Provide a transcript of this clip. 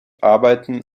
arbeiten